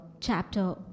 chapter